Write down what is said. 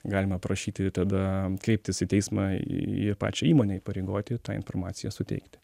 galima prašyti tada kreiptis į teismą į pačią įmonę įpareigoti tą informaciją suteikti